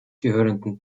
gehörenden